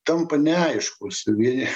tampa neaiškūs vieni